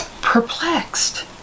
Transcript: perplexed